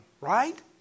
right